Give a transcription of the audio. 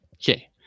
Okay